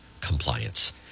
compliance